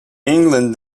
england